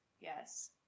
yes